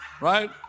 Right